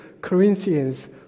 Corinthians